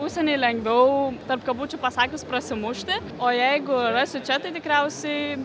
užsieny lengviau tarp kabučių pasakius prasimušti o jeigu rasiu čia tai tikriausiai